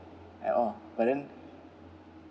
at all but then